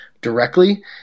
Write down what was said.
directly